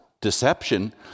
deception